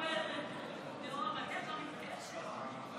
חבר הכנסת כהנא, בבקשה, ואחריו,